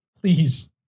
Please